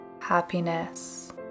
happiness